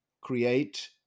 Create